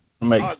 make